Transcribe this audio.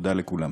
תודה לכולכם.